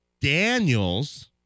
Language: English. Daniels